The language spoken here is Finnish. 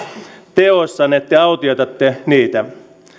teoissanne te autioitatte niitä